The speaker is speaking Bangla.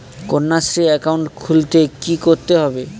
কন্যাশ্রী একাউন্ট খুলতে কী করতে হবে?